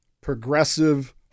progressive